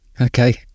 Okay